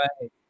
Right